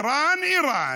איראן,